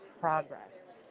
progress